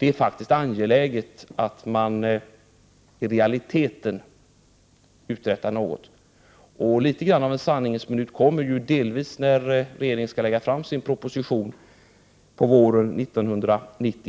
är angeläget att man i realiteten uträttar något. Litet grand av sanningens minut kommer när regeringen skall lägga fram sin proposition våren 1990.